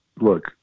look